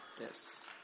Yes